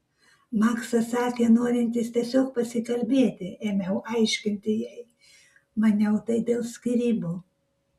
maksas sakė norintis tiesiog pasikalbėti ėmiau aiškinti jai maniau tai dėl skyrybų